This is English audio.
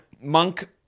Monk